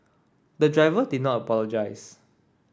the driver did not apologise